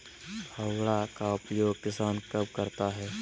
फावड़ा का उपयोग किसान कब करता है?